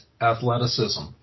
athleticism